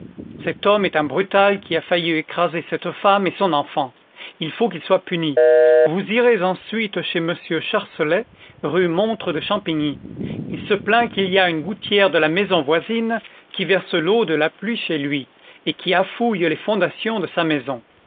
cet homme est un brutal qui a failli écraser cette femme et son enfant il faut qu'il soit puni vous irez ensuite chez m charcellay rue montre de champigny il se plaint qu'il y a une gouttière de la maison voisine qui verse l'eau de la pluie chez lui et qui affouille les fondations de sa maison